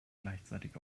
gleichzeitig